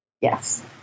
Yes